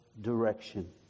direction